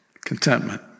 contentment